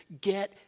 Get